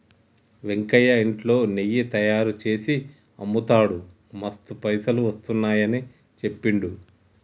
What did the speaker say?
వెంకయ్య ఇంట్లో నెయ్యి తయారుచేసి అమ్ముతాడు మస్తు పైసలు వస్తున్నాయని చెప్పిండు